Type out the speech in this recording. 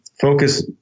focus